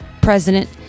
president